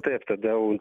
taip tada jau